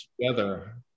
together